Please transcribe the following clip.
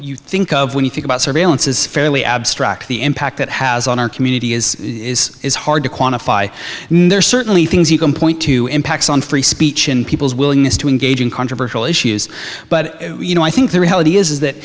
you think of when you think about surveillance is fairly abstract the impact it has on our community is it's hard to quantify i know there are certainly things you can point to impacts on free speech in people's willingness to engage in controversial issues but you know i think the reality is that